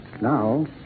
Now